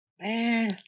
Man